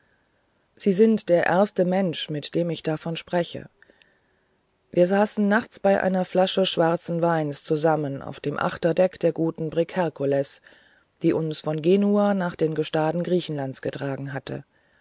sie sind der erste mensch mit dem ich davon spreche wir saßen nachts bei einer flasche schwarzen weins zusammen auf dem achterdeck der guten brigg herkules die uns von genua nach den gestaden griechenlands getragen hatte